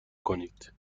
کنید